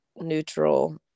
neutral